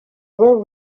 rwo